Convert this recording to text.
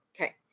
Okay